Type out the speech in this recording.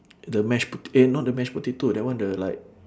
the mash pot~ eh not the mash potato that one the like